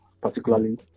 particularly